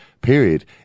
period